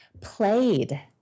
played